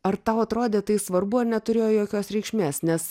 ar tau atrodė tai svarbu ar neturėjo jokios reikšmės nes